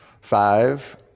Five